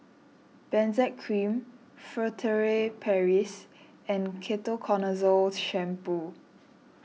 Benzac Cream Furtere Paris and Ketoconazole Shampoo